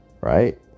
right